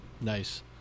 Nice